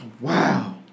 Wow